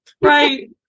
Right